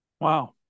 Wow